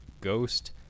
ghost